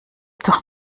doch